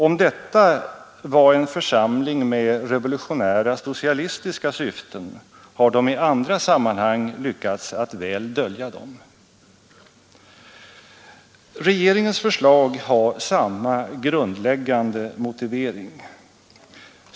Om detta var en församling med revolutionära socialistiska syften har de i andra sammanhang lyckats väl dölja dem. Regeringens förslag har samma grundläggande motivering.